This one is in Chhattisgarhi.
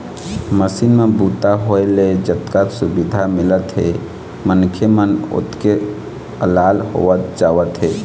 मसीन म बूता होए ले जतका सुबिधा मिलत हे मनखे मन ओतके अलाल होवत जावत हे